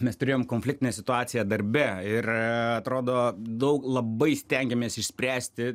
mes turėjom konfliktinę situaciją darbe ir atrodo daug labai stengiamės išspręsti